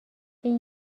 این